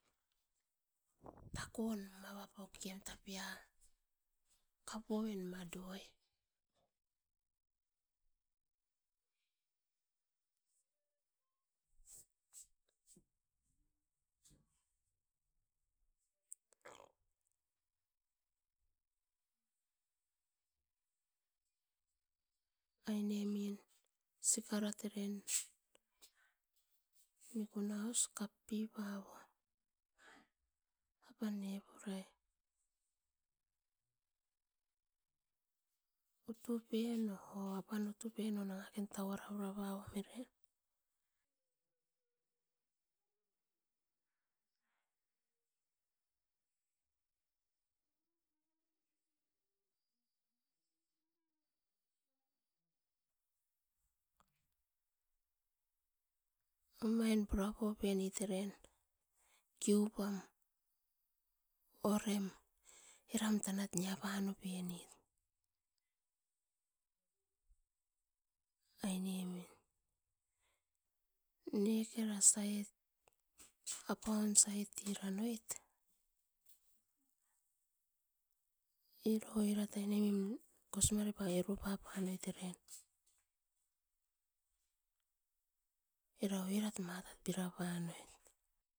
Takon mana pokean kapu oven ma doi. Aine min sikarot eren mikuna os kapipunam. Apan ne purai, utu pen o apan utu pen o nanga kera tauara pura punam eren. Omain pura popenit kiupam orem eram tanat nia pano pet aine min. Nekera sait apun sait tiran oit iro aine pat kosi mare panoit era eru papa noit, era oirat matat bira panoi.